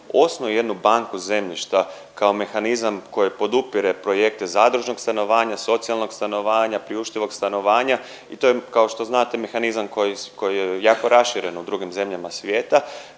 osnuje jednu banku zemljišta kao mehanizam koji podupire projekte zadružnog stanovanja, socijalnog stanovanja, priuštivog stanovanja i to je kao što znate mehanizam koji, koji je jako raširen u drugim državama svijeta